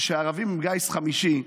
שהערבים הם גיס חמישי,